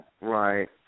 Right